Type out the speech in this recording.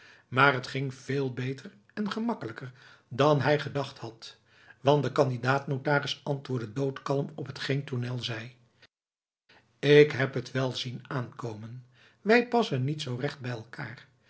maar t ging veel beter en gemakkelijker dan hij gedacht had want de candidaat notaris antwoordde doodkalm op hetgeen tournel zei k heb het wel zien aankomen wij passen niet zoo recht bij elkaar